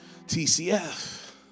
TCF